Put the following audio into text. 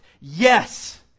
Yes